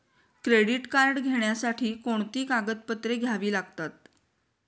Credit card घेण्यासाठी कोणती कागदपत्रे घ्यावी लागतात?